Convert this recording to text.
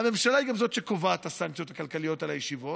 והממשלה היא גם זאת שקובעת את הסנקציות הכלכליות על הישיבות,